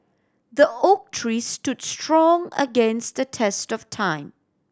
the oak tree stood strong against the test of time